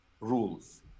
rules